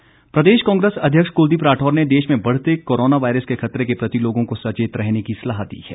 राठौर प्रदेश कांग्रेस अध्यक्ष कुलदीप राठौर ने देश में बढ़ते कोरोना वायरस के खतरे के प्रति लोगों को सचेत रहने की सलाह दी है